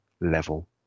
level